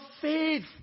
faith